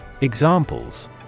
Examples